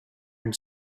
and